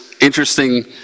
Interesting